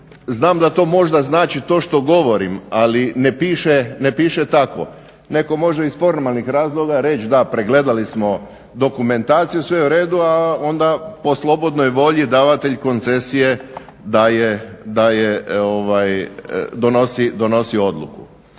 znam da to možda znači to što govorim, ali ne piše tako. Neko može iz formalnih razloga reć da pregledali smo dokumentaciju, sve je u redu, a onda po slobodnoj volji davatelj koncesije daje, donosi odluku.